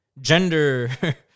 gender